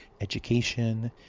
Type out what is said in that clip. education